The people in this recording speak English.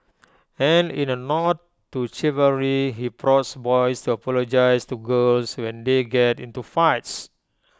and in A nod to chivalry he prods boys to apologise to girls when they get into fights